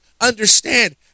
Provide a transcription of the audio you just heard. understand